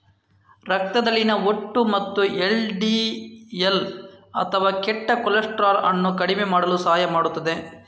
ರಕ್ತದಲ್ಲಿನ ಒಟ್ಟು ಮತ್ತು ಎಲ್.ಡಿ.ಎಲ್ ಅಥವಾ ಕೆಟ್ಟ ಕೊಲೆಸ್ಟ್ರಾಲ್ ಅನ್ನು ಕಡಿಮೆ ಮಾಡಲು ಸಹಾಯ ಮಾಡುತ್ತದೆ